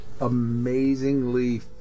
amazingly